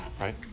right